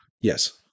Yes